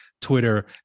Twitter